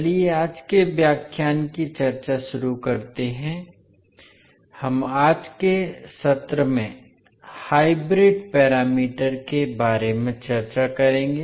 चलिए आज के व्याख्यान की चर्चा शुरू करते हैं हम आज के सत्र में हाइब्रिड पैरामीटर के बारे में चर्चा करेंगे